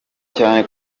cyane